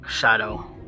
Shadow